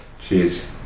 Cheers